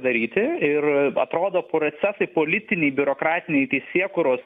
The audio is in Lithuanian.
daryti ir atrodo procesai politiniai biurokratiniai teisėkūros